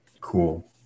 Cool